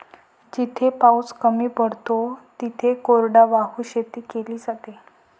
जिथे पाऊस कमी पडतो तिथे कोरडवाहू शेती केली जाते